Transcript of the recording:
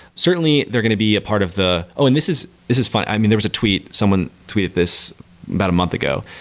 certainly they're going to be a part of the oh! and this is this is fun. i mean, there's a tweet. someone tweeted this about a month ago.